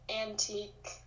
antique